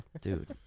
Dude